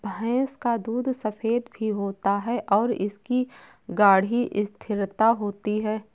भैंस का दूध सफेद भी होता है और इसकी गाढ़ी स्थिरता होती है